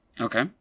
Okay